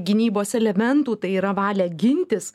gynybos elementų tai yra valią gintis